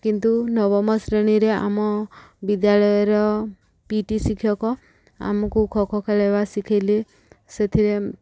କିନ୍ତୁ ନବମ ଶ୍ରେଣୀରେ ଆମ ବିଦ୍ୟାଳୟର ପି ଇ ଟି ଶିକ୍ଷକ ଆମକୁ ଖୋଖୋ ଖେଳିବା ଶିଖେଇଲେ ସେଥିରେ